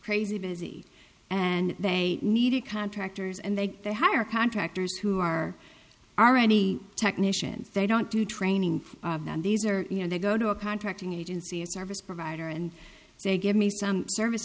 crazy busy and they needed contractors and they they hire contractors who are already technicians they don't do training for them these are you know they go to a contracting agency a service provider and they give me some service